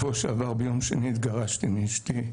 ביום שני שעבר התגרשתי מאשתי,